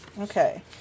Okay